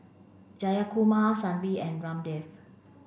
Jayakumar Sanjeev and Ramdev